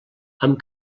amb